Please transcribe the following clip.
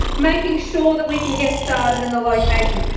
making sure that we can get started in the locations,